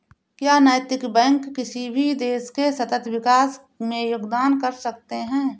क्या नैतिक बैंक किसी भी देश के सतत विकास में योगदान कर सकते हैं?